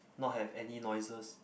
not have any noises